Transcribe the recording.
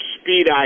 speed